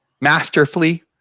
masterfully